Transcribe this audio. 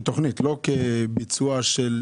לא לביצוע.